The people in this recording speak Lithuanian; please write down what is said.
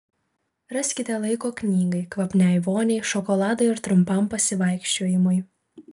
raskite laiko knygai kvapniai voniai šokoladui ar trumpam pasivaikščiojimui